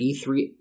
E3